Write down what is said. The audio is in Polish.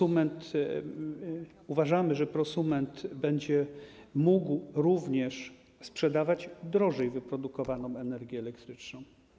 Uważamy, że prosument będzie mógł również sprzedawać drożej wyprodukowaną energię elektryczną.